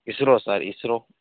ISRO sir ISRO